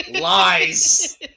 Lies